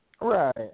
Right